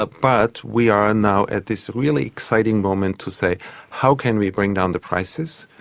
ah but we are now at this really exciting moment to say how can we bring down the prices.